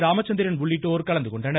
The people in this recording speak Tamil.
ராமச்சந்திரன் உள்ளிட்டோர் கலந்துகொண்டனர்